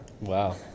Wow